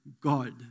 God